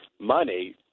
money